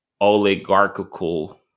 oligarchical